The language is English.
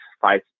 five